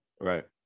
right